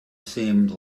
seemed